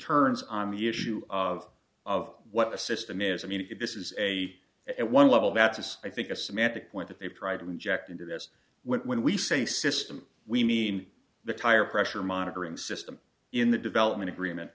turns on the issue of of what the system is i mean if this is a at one level that is i think a semantic point that they've tried inject into this when we say system we mean the tire pressure monitoring system in the development agreement